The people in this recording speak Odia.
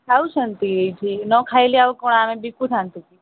ଖାଉଛନ୍ତି ଏଇଠି ନ ଖାଇଲେ ଆଉ କ'ଣ ଆମେ ବିକୁଥାନ୍ତୁ କି